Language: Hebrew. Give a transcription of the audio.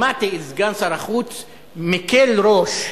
שמעתי את סגן שר החוץ מקל ראש,